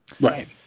Right